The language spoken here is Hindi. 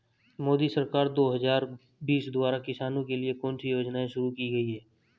मोदी सरकार दो हज़ार बीस द्वारा किसानों के लिए कौन सी योजनाएं शुरू की गई हैं?